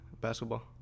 basketball